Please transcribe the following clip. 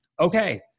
okay